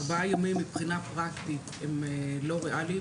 ארבעה ימים מבחינה פרקטית הם לא ריאליים.